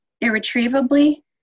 irretrievably